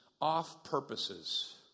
off-purposes